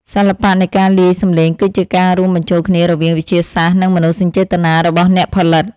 សិល្បៈនៃការលាយសំឡេងគឺជាការរួមបញ្ចូលគ្នារវាងវិទ្យាសាស្ត្រ និង មនោសញ្ចេតនារបស់អ្នកផលិត។